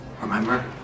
remember